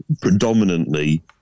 predominantly